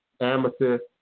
amethyst